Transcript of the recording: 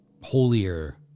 holier